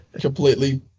completely